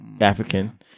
African